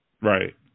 Right